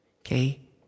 okay